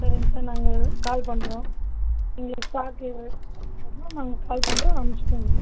சரிங்க சார் நாங்கள் கால் பண்ணுறோம் எங்களுக்கு ஸ்டாக் எதாச்சும் தேவைப்பட்டுச்சின்னா நாங்கள் கால் பண்ணுறோம் அனுப்பிச்சுடுங்க